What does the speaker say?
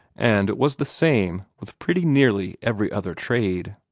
and it was the same with pretty nearly every other trade.